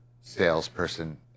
salesperson